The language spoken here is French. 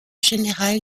général